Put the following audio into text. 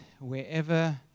wherever